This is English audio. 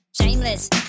Shameless